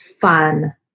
fun